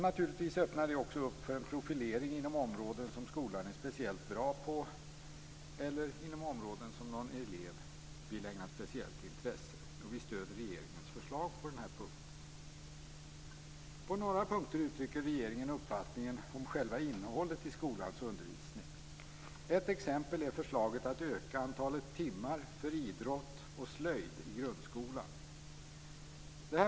Naturligtvis öppnar det också upp för en profilering inom områden som skolan är speciellt bra på eller inom områden som någon elev vill ägna speciellt intresse. Vi stöder regeringens förslag på denna punkt. På några punkter uttrycker regeringen uppfattningar om själva innehållet i skolans undervisning. Ett exempel är förslaget att öka antalet timmar för idrott och slöjd i grundskolan.